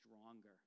stronger